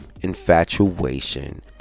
Infatuation